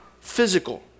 physical